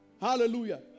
Hallelujah